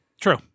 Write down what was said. True